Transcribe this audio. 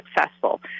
successful